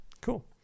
Cool